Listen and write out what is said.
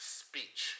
speech